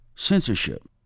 Censorship